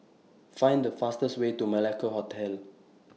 Find The fastest Way to Malacca Hotel